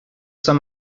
some